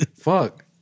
Fuck